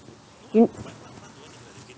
you